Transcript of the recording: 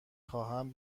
خواهم